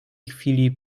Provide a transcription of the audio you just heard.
chwili